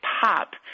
pop